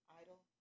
idle